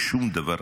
בשום דבר,